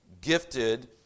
gifted